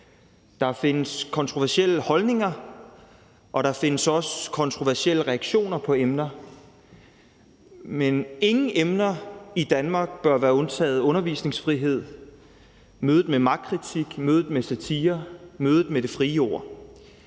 Der findes kontroversielle holdninger, og der findes også kontroversielle reaktioner på emner, men ingen emner bør være undtaget fra undervisningsfriheden, mødet med magtkritik, mødet med